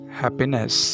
happiness